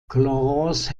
clarence